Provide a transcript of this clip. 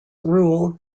rule